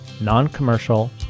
non-commercial